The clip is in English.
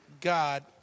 God